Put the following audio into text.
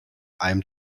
einem